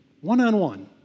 one-on-one